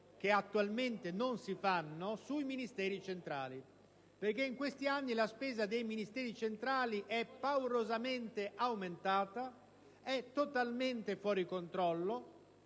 che attualmente non si fanno, sui Ministeri centrali, considerato che in questi anni la spesa a livello centrale è paurosamente aumentata ed è totalmente fuori controllo.